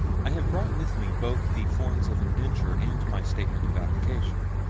i have brought with me both the forms of indenture and my statement of application.